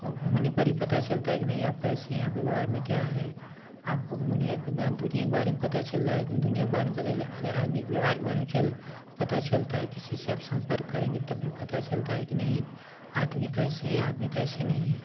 वो घूमने पर ही पता चलता है कि नहीं आप कैसे हैं आप व्यवहार में क्या है आपको दुनिया के बयान दुनिया के बारे में पता चल रहा है दुनिया के बारे में पता चल रहा है अगर आदमी के व्यवहार के बारे में चल पता चलता है किसी से आप संपर्क करेंगे तभी पता चलता है कि नहीं आदमी कैसे हैं आदमी कैसे नहीं हैं